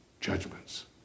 judgments